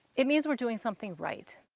it means we're doing something right.